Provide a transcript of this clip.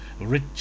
rich